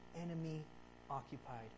enemy-occupied